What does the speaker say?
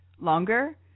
longer